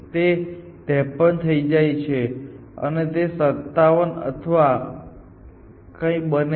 તે 53 થઈ જાય છે અને તે 57 અથવા આવું કંઈક બને છે